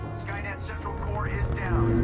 skynet central core is down.